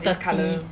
thirty